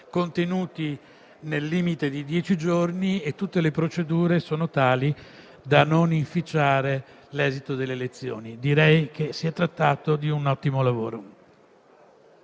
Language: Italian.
contenuti nel limite di dieci giorni e tutte le procedure sono tali da non inficiare l'esito delle elezioni. Direi che si è trattato di un ottimo lavoro.